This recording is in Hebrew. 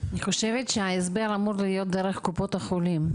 אני חושבת שההסבר אמור להיות דרך קופות החולים.